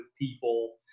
people